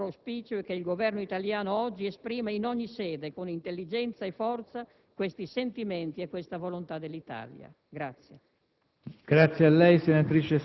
Il mio e il nostro auspicio è che il Governo italiano oggi esprima in ogni sede, con intelligenza e forza, questi sentimenti e questa volontà dell'Italia.